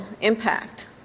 impact